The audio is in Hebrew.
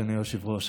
אדוני היושב-ראש,